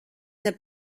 der